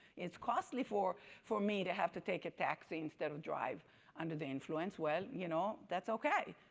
it's costly for for me to have to take a taxi instead of drive under the influence. well, you know that's okay.